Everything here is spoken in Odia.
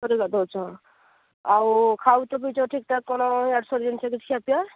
ଥରେ ଗାଧୋଉଛ ଆଉ ଖାଉଛ ପିଉଛ ଠିକ୍ ଠାକ୍ କ'ଣ ଇଆଡୁ ସେଆଡୁ ଜିନିଷ କିଛି ଖିଆ ପିଆ